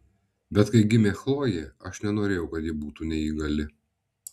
bet kai gimė chlojė aš nenorėjau kad ji būtų neįgali